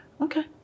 Okay